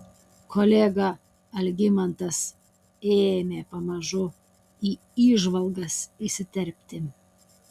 kolega algimantas ėmė pamažu į įžvalgas įsiterpti